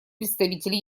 представитель